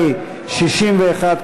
ההסתייגות